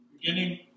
beginning